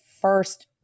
first